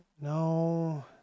No